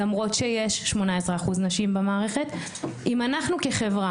למרות שיש 18 אחוז נשים במערכת אם אנחנו כחברה